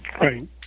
Right